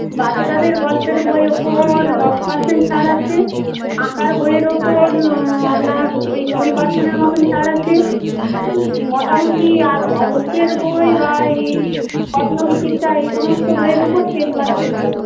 বাচ্চাদের গল্পের বইয়ের উপর দশ পার্সেন্ট ছাড় আছে আঁকার বইয়ের উপর আপনার ওই কুড়ি পার্সেন্টের মতন ছাড় আছে মোটামুটি আর অঙ্কের বই বা এই প্রশ্ন বিচিত্রা এই সমস্ত বইয়ের উপর টেন পার্সেন্ট ছাড়